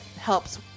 helps